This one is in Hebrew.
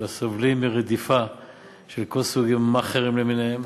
אלא מרדיפה של כל סוגי המאכערים למיניהם,